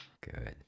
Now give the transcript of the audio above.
good